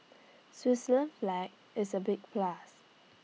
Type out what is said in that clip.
Switzerland flag is A big plus